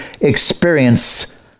experience